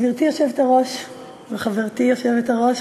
גברתי היושבת-ראש וחברתי היושבת-ראש,